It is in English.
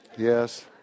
Yes